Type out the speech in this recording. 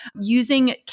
Using